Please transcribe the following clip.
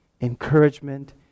encouragement